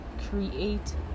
create